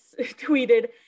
tweeted